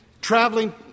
traveling